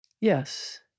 Yes